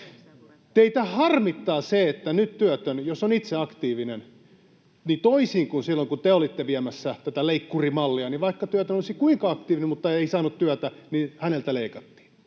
Teitä harmittaa se, että nyt työtön, jos on itse aktiivinen — toisin kuin silloin kun te olitte viemässä tätä leikkurimallia, jossa, vaikka työtön olisi ollut kuinka aktiivinen mutta ei saanut työtä, häneltä leikattiin,